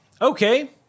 Okay